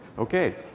okay.